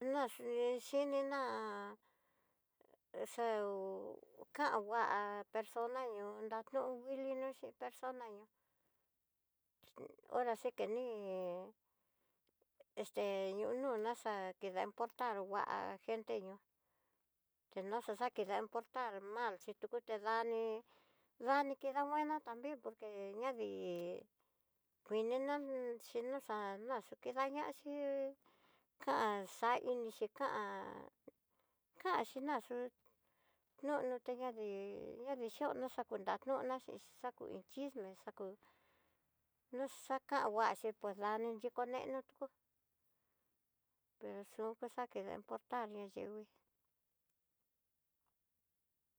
Na xue'e xhininá exehú kangua, persona ñó'o nraño kuiliño xe persona ñoo, orasi que ní este nu ñuo naxa keda emportar ngua, gente ñoó kenoxo dakena importar mal xhi tu tuidani nadi keda nguana, tambien por que ñadí kuininán xhí noxá'a, nayu kida ñaxhí kan xainixhi kan, kanxhi naxúd nonotiña ndí ñavixhiono xakunra ño'ona xinxhi xakú iin chisme xakú, nruxakuanxhi pues nrani xhikonenó, tuku pero son cosas que ni importarña nyingui.